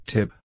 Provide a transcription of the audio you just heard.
Tip